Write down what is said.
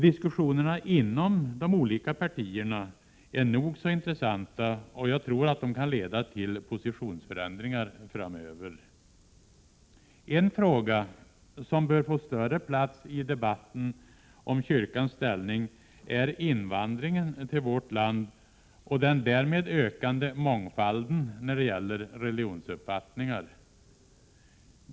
Diskussionerna inom de olika partierna är nog så intressanta, och de kan leda till positionsförändringar framöver. En fråga som bör få större plats i debatten om kyrkans ställning är invandringen till vårt land och den därmed ökande mångfalden när det gäller religionsuppfattningar.